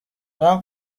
jean